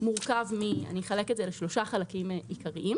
מורכב משלושה חלקים עיקריים.